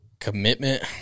Commitment